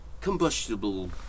combustible